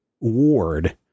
ward